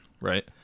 right